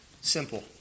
simple